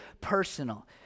personal